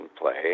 play